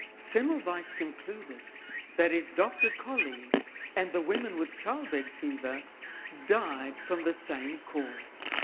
semmelweis concluded that his doctor-colleague and the women with childbed fever died from the same cause.